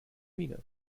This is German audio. miene